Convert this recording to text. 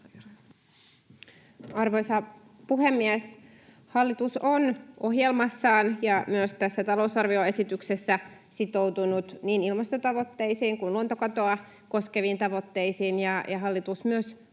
Arvoisa puhemies! Hallitus on ohjelmassaan ja myös tässä talousarvioesityksessä sitoutunut niin ilmastotavoitteisiin kuin luontokatoa koskeviin tavoitteisiin, ja hallitus myös